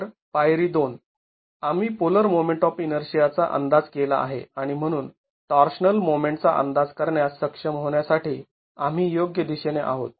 तर पायरी २ आम्ही पोलर मोमेंट ऑफ इनर्शियाचा अंदाज केला आहे आणि म्हणून टॉर्शनल मोमेंटचा अंदाज करण्यास सक्षम होण्यासाठी आम्ही योग्य दिशेने आहोत